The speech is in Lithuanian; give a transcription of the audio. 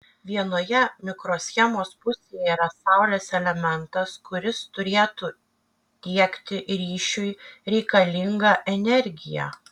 vienoje mikroschemos pusėje yra saulės elementas kuris turėtų tiekti ryšiui reikalingą energiją